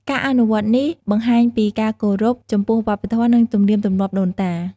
ការអនុវត្តន៍នេះបង្ហាញពីការគោរពចំពោះវប្បធម៌ និងទំនៀមទម្លាប់ដូនតា។